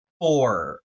four